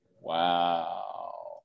Wow